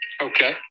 Okay